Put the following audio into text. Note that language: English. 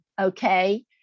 okay